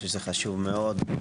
חשוב מאוד,